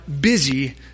busy